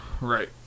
Right